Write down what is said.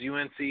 UNC